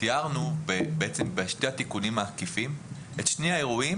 תיארנו בשני התיקונים העקיפים את שני האירועים